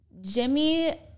Jimmy